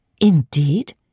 Indeed